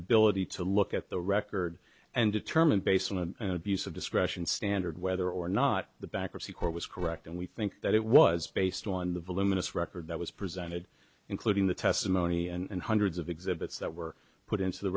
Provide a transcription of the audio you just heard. ability to look at the record and to term and based on a piece of discretion standard whether or not the bankruptcy court was correct and we think that it was based on the voluminous record that was presented including the testimony and hundreds of exhibits that were put into the